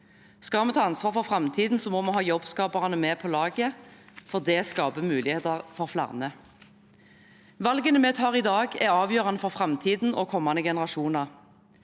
Skal vi ta ansvar for framtiden, må vi ha jobbskaperne med på laget, for det skaper muligheter for flere. Valgene vi tar i dag, er avgjørende for framtiden og kommende generasjoner.